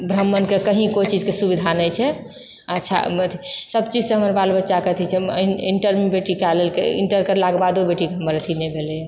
ब्राह्मणके कहींँ कोइ चीजके सुविधा नहि छै अच्छा सब चीज से हमर बाल बच्चाके अथी छै इण्टर बेटी कए लेलकै करलाके बादो बेटीके हमर अथी नहि भेलैया